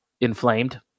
inflamed